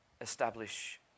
establish